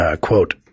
quote